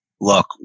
look